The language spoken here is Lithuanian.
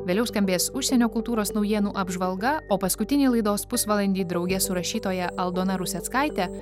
vėliau skambės užsienio kultūros naujienų apžvalga o paskutinį laidos pusvalandį drauge su rašytoja aldona ruseckaite